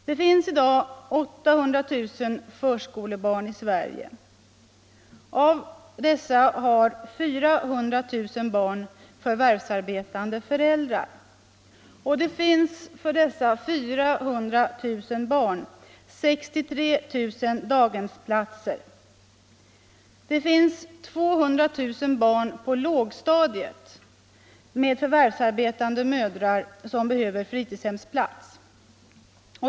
Det finns i dag 800 000 förskolebarn i Sverige. Av dessa har 400 000 barn förvärvsarbetande föräldrar. Det finns för dessa 400 000 barn 63 000 daghemsplatser. Det finns 200 000 barn på lågstadiet med förvärvsarbetande mödrar som behöver fritidshemsplats.